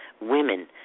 women